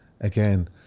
Again